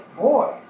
boy